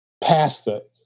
pasta